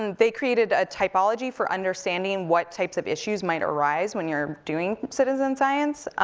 and they created a typology for understanding what types of issues might arise when you're doing citizen science.